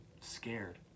scared